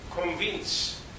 convince